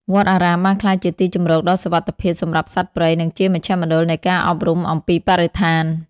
វត្តអារាមបានក្លាយជាទីជម្រកដ៏សុវត្ថិភាពសម្រាប់សត្វព្រៃ និងជាមជ្ឈមណ្ឌលនៃការអប់រំអំពីបរិស្ថាន។